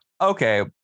Okay